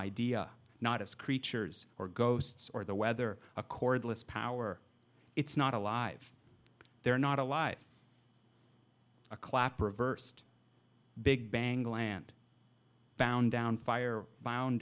idea not us creatures or ghosts or the weather a cordless power it's not alive they're not alive a clapper averse to big bang land bound down fire bound